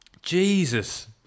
Jesus